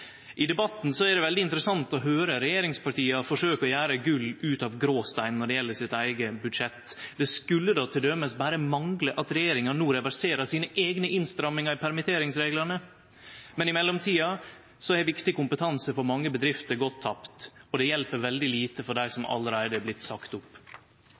I debatten er det veldig interessant å høyre regjeringspartia forsøkje å gjere gull ut av gråstein når det gjeld sitt eige budsjett. At regjeringa no reverserer sine eigne innstrammingar i permitteringsreglane, skulle t.d. berre mangle. Men i mellomtida har viktig kompetanse for mange bedrifter gått tapt, og det hjelper veldig lite for dei